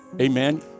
Amen